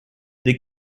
des